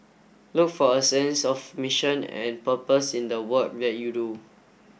look for a sense of mission and purpose in the work that you do